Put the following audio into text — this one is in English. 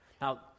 Now